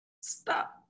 stop